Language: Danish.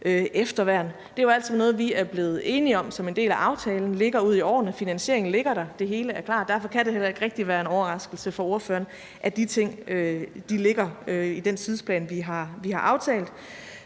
efterværn. Det er jo alt sammen noget, vi som en del af aftalen er blevet enige om ligger i årene fremover. Finansieringen ligger der; det hele er klar. Derfor kan det heller ikke rigtig være en overraskelse for ordføreren, at de ting ligger i den tidsplan, vi har aftalt.